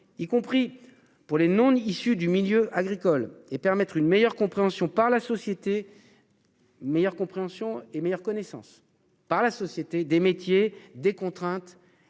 y compris pour les issus du milieu agricole et permettre une meilleure compréhension par la société. Meilleure compréhension et meilleure connaissance par la société des métiers des contraintes